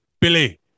Billy